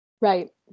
Right